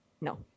No